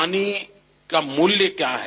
पानी का मूल्य क्या ह